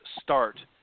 start